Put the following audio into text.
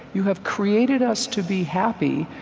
you have created us to be happy,